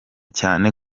cyane